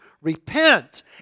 Repent